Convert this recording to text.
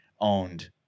owned